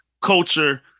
culture